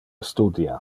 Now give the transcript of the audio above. studia